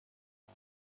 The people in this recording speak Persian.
یخی